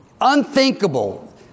unthinkable